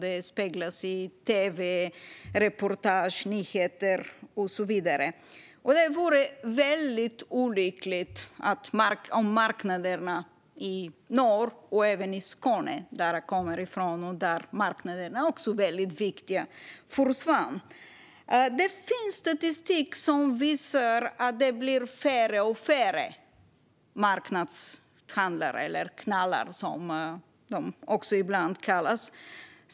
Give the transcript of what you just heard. Det speglas i tv-reportage, nyheter och så vidare. Det vore väldigt olyckligt om marknaderna i norr, och även i Skåne som jag kommer från och där marknaderna också är väldigt viktiga, försvann. Det finns statistik som visar att det blir färre och färre marknadshandlare, eller knallar som de också ibland kallas.